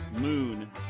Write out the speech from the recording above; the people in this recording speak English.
moon